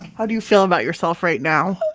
how do you feel about yourself right now?